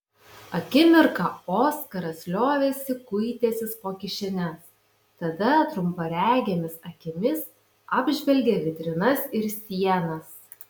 akimirką oskaras liovėsi kuitęsis po kišenes tada trumparegėmis akimis apžvelgė vitrinas ir sienas